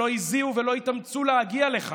שלא הזיעו ולא התאמצו להגיע לכאן.